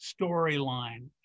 storyline